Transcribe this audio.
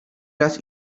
raz